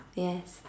yes